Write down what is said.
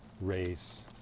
race